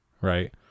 right